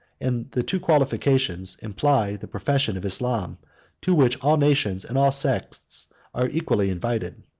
and the two qualifications imply the profession of islam to which all nations and all sects are equally invited.